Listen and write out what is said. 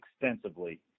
extensively